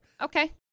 Okay